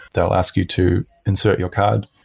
they'll ask you to insert your card.